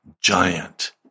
giant